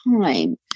time